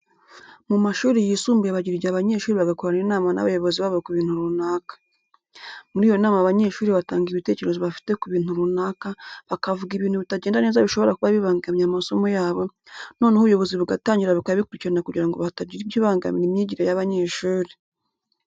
Mu mashuri yisumbuye bagira igihe abanyeshuri bagakorana inama n'abayobozi babo ku bintu runaka. Muri iyo nama abanyeshuri batanga ibitekerezo bafite ku bintu runaka, bakavuga ibintu bitagenda neza bishobora kuba bibangamiye amasomo yabo, noneho ubuyobozi bugatangira bukabikurikirana kugira ngo hatagira ikibangamira imyigire y'abanyeshuri.